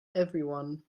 everyone